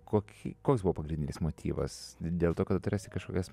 kokį koks buvo pagrindinis motyvas dėl to kad atrasi kažkokias